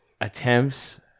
attempts